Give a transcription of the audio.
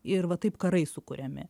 ir va taip karai sukuriami